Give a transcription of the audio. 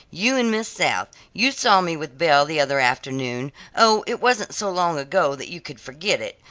you and miss south, you saw me with belle the other afternoon oh, it wasn't so long ago that you could forget it,